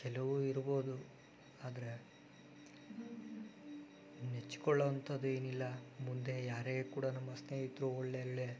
ಕೆಲವು ಇರ್ಬೋದು ಆದರೆ ನೆಚ್ಕೊಳ್ಳುವಂಥದ್ದು ಏನೂ ಇಲ್ಲ ಮುಂದೆ ಯಾರೇ ಕೂಡ ನಮ್ಮ ಸ್ನೇಹಿತರು ಒಳ್ಳೊಳ್ಳೆ